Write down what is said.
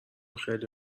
خیلی